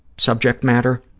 subject matter.